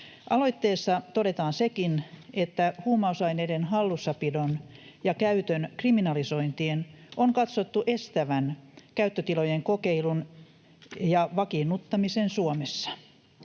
Aloitteessa todetaan sekin, että huumausaineiden hallussapidon ja käytön kriminalisointien on katsottu estävän käyttötilojen kokeilun ja vakiinnuttamisen Suomessa.